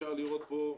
אפשר לראות פה,